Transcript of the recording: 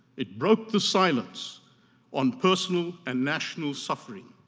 it broke the silence on personal and national suffering.